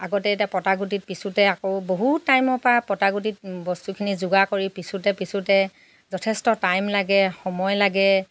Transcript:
আগতে এতিয়া ৱত পিছোঁতে আকৌ বহুত টাইমৰ পৰা পটা গুটিত বস্তুখিনি যোগাৰ কৰি পিছোঁতে পিছোঁতে যথেষ্ট টাইম লাগে সময় লাগে